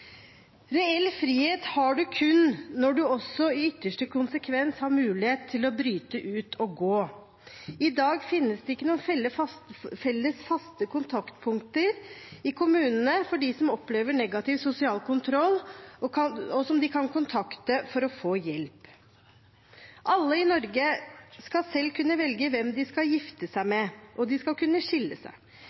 Reell frihet har man kun når man også i ytterste konsekvens har mulighet til å bryte ut og gå. I dag finnes det ikke noen felles, faste kontaktpunkter i kommunene for dem som opplever negativ sosial kontroll, som de kan kontakte for å få hjelp. Alle i Norge skal selv kunne velge hvem de skal gifte seg med, og de skal kunne skille seg.